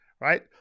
right